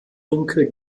dunkel